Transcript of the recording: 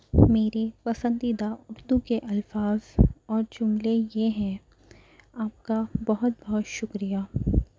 میرے پسندیدہ اُردو کے الفاظ اور جملے یہ ہیں آپ کا بہت بہت شکریہ